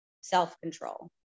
self-control